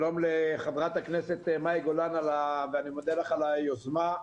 שלום לחברת הכנסת מאי גולן ותודה לך על היוזמה.